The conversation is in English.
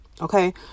okay